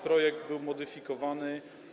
Projekt był modyfikowany.